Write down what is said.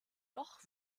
doch